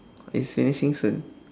it's finishing soon